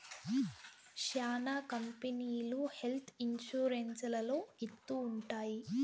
శ్యానా companies health insurance లలో ఇత్తూ ఉంటాయి